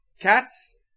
cats